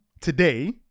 today